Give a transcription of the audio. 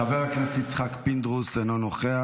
חבר הכנסת יצחק פינדרוס, אינו נוכח.